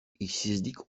işsizlik